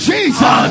Jesus